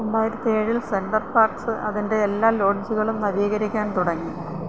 രണ്ടായിരത്തി ഏഴിൽ Center Parcs അതിന്റെ എല്ലാ ലോഡ്ജുകളും നവീകരിക്കാൻ തുടങ്ങി